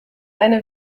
eine